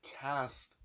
cast